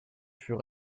fut